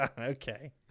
Okay